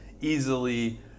easily